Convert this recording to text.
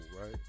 right